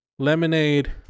Lemonade